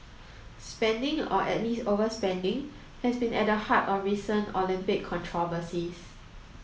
spending or at least overspending has been at the heart of recent Olympic controversies